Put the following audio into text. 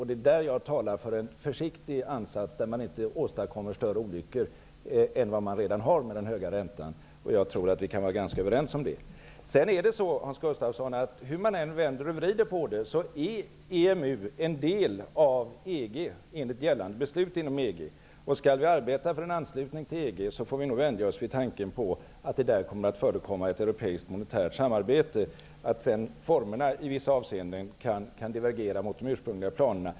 Det är här jag talar för en försiktig ansats där man inte åstadkommer större olyckor än vad man redan har med den höga räntan, och jag tror att vi kan vara ganska överens om det. Hur man än vänder och vrider på det, Hans Gustafsson, är EMU en del av EG enligt gällande beslut inom EG. Skall vi arbeta för en anslutning till EG får vi nog vänja oss vid tanken på att det där kommer att förekomma ett europeiskt monetärt samarbete. Det är möjligt att formerna i vissa avseenden kan divergera mot de ursprungliga planerna.